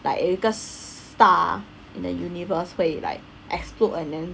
like a star in the universe 会 like explode and then